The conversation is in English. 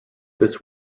this